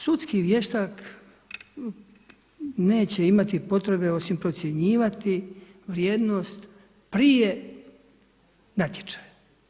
Sudski vještak neće imati potrebe osim procjenjivati vrijednost prije natječaja.